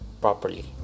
properly